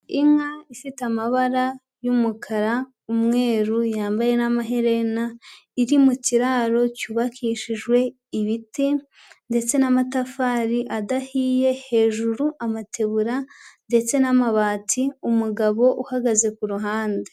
Inka ifite amabara y'umukara, umweru, yambaye n'amaherena, iri mu kiraro cyubakishijwe ibiti ndetse n'amatafari adahiye, hejuru amatebura ndetse n'amabati, umugabo uhagaze ku ruhande.